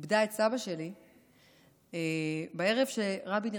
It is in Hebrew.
איבדה את סבא שלי בערב שבו רבין נרצח.